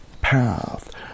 path